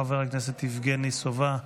חבר הכנסת יבגני סובה.